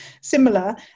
similar